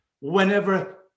whenever